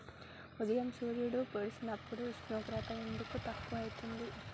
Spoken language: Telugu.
ఉదయం సూర్యుడు పొడిసినప్పుడు ఉష్ణోగ్రత ఎందుకు తక్కువ ఐతుంది?